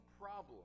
problem